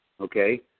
Okay